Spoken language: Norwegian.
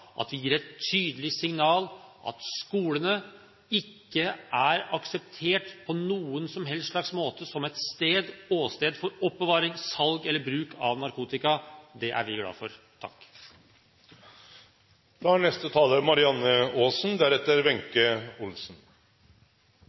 at vi gir et tydelig signal om at skolene ikke på noen som helst slags måte er akseptert som et sted, åsted, for oppbevaring, salg eller bruk av narkotika. Det er vi glade for.